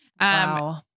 Wow